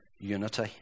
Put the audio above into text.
unity